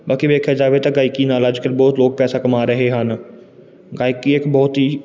ਬਾਕੀ ਵੇਖਿਆ ਜਾਵੇ ਤਾਂ ਗਾਇਕੀ ਨਾਲ ਅੱਜ ਕੱਲ੍ਹ ਬਹੁਤ ਲੋਕ ਪੈਸਾ ਕਮਾ ਰਹੇ ਹਨ ਗਾਇਕੀ ਇੱਕ ਬਹੁਤ ਹੀ